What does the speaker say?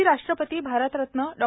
माजी राष्ट्रपती भारतरत्न डॉ